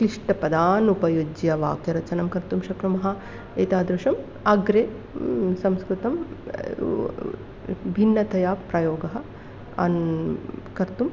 क्लिष्टपदान् उपयुज्य वाक्यरचनां कर्तुं शक्नुमः एतादृशम् अग्रे संस्कृतं भिन्नतया प्रयोगः अन् कर्तुं